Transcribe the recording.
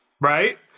right